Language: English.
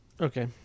Okay